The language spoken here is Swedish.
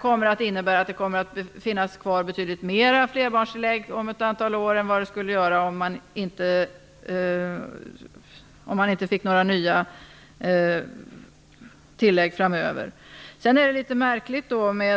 fram innebär att det om ett antal år kommer att finnas kvar betydligt mera av flerbarnstillägget än vad det skulle annars. Sedan är den här diskussionen litet märklig.